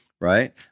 right